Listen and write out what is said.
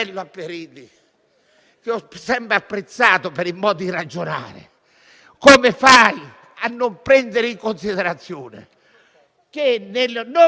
Oggi, come fa a non prendere in considerazione l'interesse pubblico che era frutto di leggi approvate da voi, non da me?